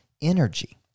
energy